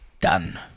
Done